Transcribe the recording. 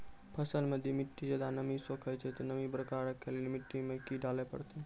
फसल मे यदि मिट्टी ज्यादा नमी सोखे छै ते नमी बरकरार रखे लेली मिट्टी मे की डाले परतै?